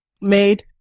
made